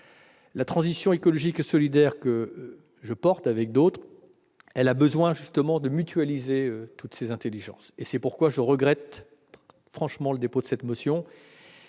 La transition écologique et solidaire que je défends, avec d'autres, a besoin de mutualiser toutes ces intelligences. C'est pourquoi je regrette franchement le dépôt de cette motion,